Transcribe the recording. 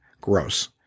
Gross